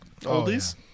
Oldies